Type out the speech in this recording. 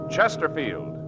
Chesterfield